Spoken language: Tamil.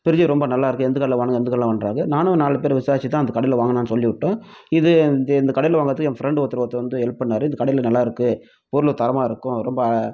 ஃபிரிட்ஜ்ஜு ரொம்ப நல்லாருக்குது எந்த கடையில் வாங்குனீங்கள் கடையில் வாங்கினேன்றாங்க நானும் நாலு பேரை விசாரிச்சு தான் அந்த கடையில் வாங்கலாம் சொல்லி விட்டேன் இது இந்த கடையில் வாங்குறதுக்கு என் ஃப்ரண்ட் ஒருத்தர் ஒருத்தர் வந்து ஹெல்ப் பண்ணார் இந்த கடையில் நல்லாருக்குது பொருள் தரமாக இருக்கும் ரொம்ப